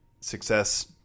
success